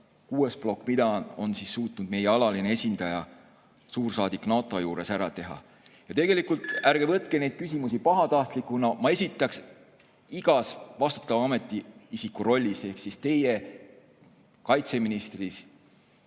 kuues plokk: mida on suutnud meie alaline esindaja, suursaadik NATO juures ära teha? Ärge võtke neid küsimusi pahatahtlikuna. Ma esitaks igas vastutava ametiisiku rollis ehk siis teie, kaitseministri,